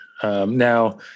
Now